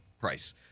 price